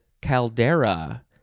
caldera